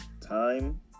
time